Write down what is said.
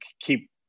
keep